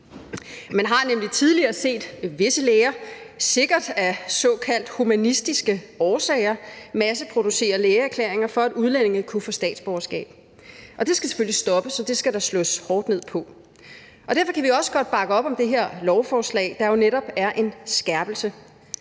Man har nemlig tidligere set visse læger, sikkert af såkaldt humanistiske årsager, masseproducere lægeerklæringer, for at udlændinge kunne få statsborgerskab. Det skal selvfølgelig stoppes, og det skal der slås hårdt ned på. Derfor kan vi også godt bakke op om det her lovforslag, der jo netop er en skærpelse.